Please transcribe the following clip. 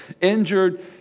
injured